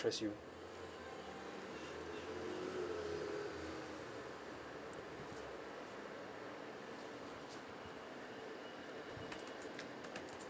interest you